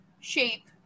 shape